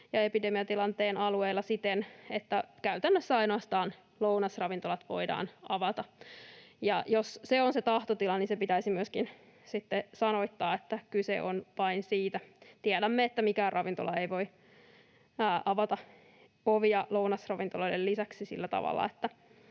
ja epidemiatilanteen alueilla siten, että käytännössä ainoastaan lounasravintolat voidaan avata. Jos se on se tahtotila, niin se pitäisi myöskin sitten sanoittaa, että kyse on vain siitä. Tiedämme, että mikään ravintola lounasravintoloiden lisäksi ei voi avata